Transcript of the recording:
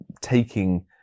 taking